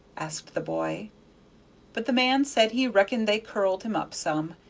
asked the boy but the man said he reckoned they curled him up some,